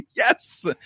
Yes